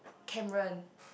Cameron